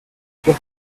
sûr